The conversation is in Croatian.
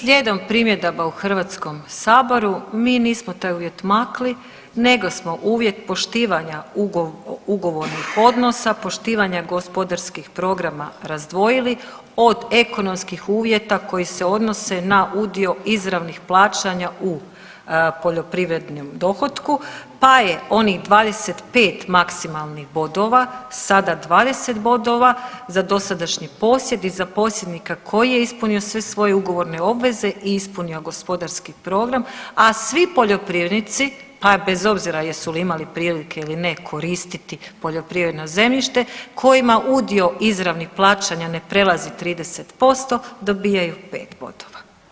Slijedom primjedaba u Hrvatskom saboru mi nismo taj uvjet makli nego smo uvjet poštivanja ugovornih odnosa, poštivanja gospodarskih programa razdvojili od ekonomskih uvjeta koji se odnose na udio izravnih plaćanja u poljoprivrednom dohotku pa je onih 25 maksimalnih bodova sada 20 bodova za dosadašnji posjed i za posjednika koji je ispunio sve svoje ugovorne obveze i ispunio gospodarski program, a svi poljoprivrednici pa bez obzira jesu li imali prilike ili ne koristiti poljoprivredno zemljište kojima udio izravnih plaćanja ne prelazi 30% dobijaju 5 bodova.